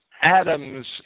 Adams